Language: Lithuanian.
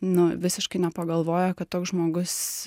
nu visiškai nepagalvojo kad toks žmogus